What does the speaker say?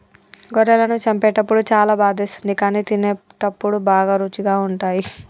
గొర్రెలను చంపేటప్పుడు చాలా బాధేస్తుంది కానీ తినేటప్పుడు బాగా రుచిగా ఉంటాయి